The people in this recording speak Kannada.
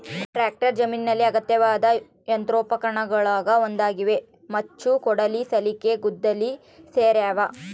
ಟ್ರಾಕ್ಟರ್ ಜಮೀನಿನಲ್ಲಿ ಅಗತ್ಯವಾದ ಯಂತ್ರೋಪಕರಣಗುಳಗ ಒಂದಾಗಿದೆ ಮಚ್ಚು ಕೊಡಲಿ ಸಲಿಕೆ ಗುದ್ದಲಿ ಸೇರ್ಯಾವ